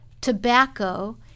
tobacco